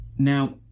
Now